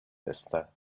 esther